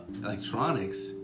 Electronics